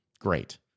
great